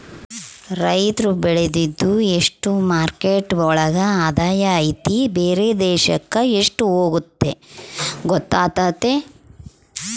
ರೈತ್ರು ಬೆಳ್ದಿದ್ದು ಎಷ್ಟು ಮಾರ್ಕೆಟ್ ಒಳಗ ಆದಾಯ ಐತಿ ಬೇರೆ ದೇಶಕ್ ಎಷ್ಟ್ ಹೋಗುತ್ತೆ ಗೊತ್ತಾತತೆ